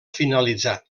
finalitzat